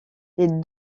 les